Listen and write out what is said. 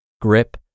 grip